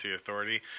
Authority